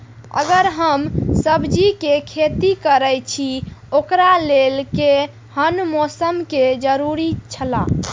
अगर हम सब्जीके खेती करे छि ओकरा लेल के हन मौसम के जरुरी छला?